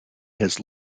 his